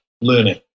learning